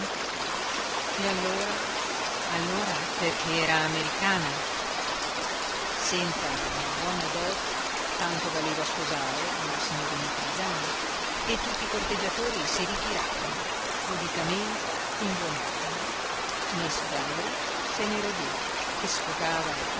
e allora allora perché era americana senza una buona dote tanto valeva sposare una signorina paesana e tutti i corteggiatori si ritiravano pulitamente in buon ordine miss galley se ne rodeva e sfogava